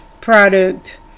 product